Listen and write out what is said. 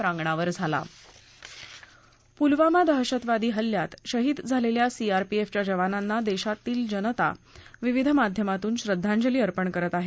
पूलवामा दहशतवादी हल्ल्यात शहीद झालेल्या सी आर पी एफच्या जवानांना देशातील जनता विविध माध्यमातून श्रद्धांजली अर्पण करत आहे